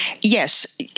Yes